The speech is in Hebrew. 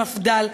המפד"ל,